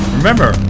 Remember